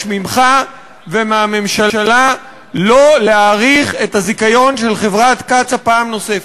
ממך ומהממשלה שלא להאריך את הזיכיון של חברת קצא"א פעם נוספת.